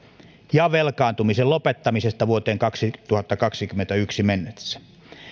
ja velkaantumisen lopettamisesta vuoteen kaksituhattakaksikymmentäyksi mennessä